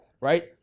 right